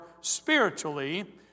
spiritually